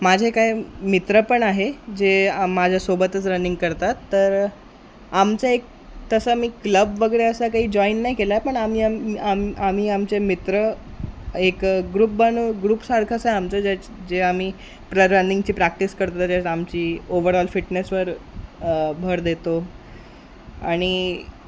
माझे काय मित्र पण आहे जे माझ्यासोबतच रनिंग करतात तर आमचं एक तसं मी क्लब वगैरे असं काही जॉईन नाही केला आहे पण आम्ही आम आम्ही आमचे मित्र एक ग्रुप बनून ग्रुपसारखंच आहे आमचं जे आम्ही प्र रनिंगची प्रॅक्टिस करतो आमची ओवरऑल फिटनेसवर भर देतो आणि